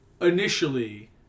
initially